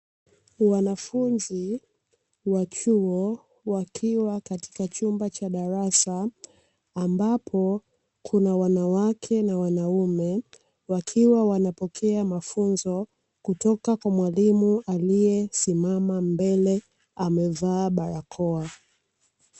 Wanafunzi wa chuo wakiwa katika chumba cha darasa ambapo kuna wanawake na wanaume wakiwa wanapokea mafunzo kutoka kwa mwalimu aliyesimama mbele amevaa barakoa.